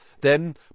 Then